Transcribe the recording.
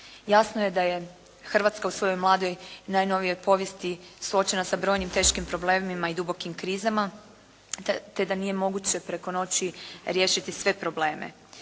Jasno je da je Hrvatska u svojoj mladoj i najnovijoj povijesti suočena sa brojnim teškim problemima i dubokim krizama te da nije moguće preko noći riješiti sve probleme.